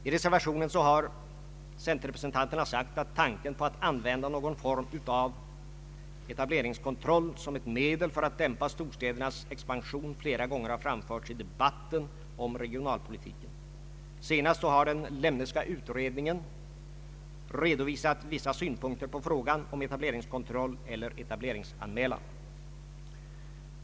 I reservationen har centerrepresentanterna sagt att tanken på att använda någon form av etableringskontroll som ett medel för att dämpa storstädernas expansion flera gånger har framförts i debatten om regionalpolitiken. Senast har den Lemneska utredningen redovisat vissa synpunkter på frågan om etableringskontroll eller etableringsanmälan.